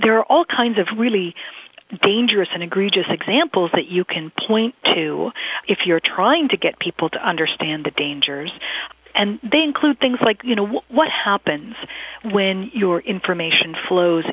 there are all kinds of really dangerous and egregious examples that you can point to if you're trying to get people to understand the dangers and they include things like you know what happens when your information flows